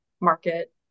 market